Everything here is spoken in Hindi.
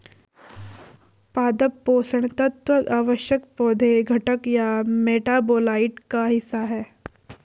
पादप पोषण तत्व आवश्यक पौधे घटक या मेटाबोलाइट का हिस्सा है